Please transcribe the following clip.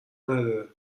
نداره